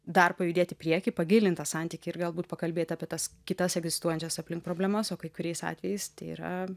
dar pajudėt į priekį pagilint tą santykį ir galbūt pakalbėt apie tas kitas egzistuojančias aplink problemas o kai kuriais atvejais tai yra